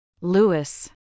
Lewis